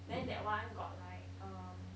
then that one got like um